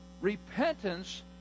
repentance